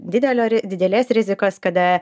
didelio ar didelės rizikos kada